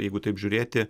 jeigu taip žiūrėti